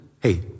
hey